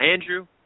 Andrew